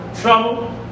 Trouble